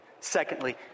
Secondly